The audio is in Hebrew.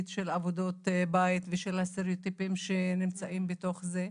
של עבודות בית ושל הסטריאוטיפים שנמצאים בתוך זה.